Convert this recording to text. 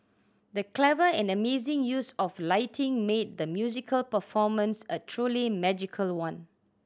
the clever and amazing use of lighting made the musical performance a truly magical one